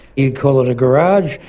you'd call it a garage,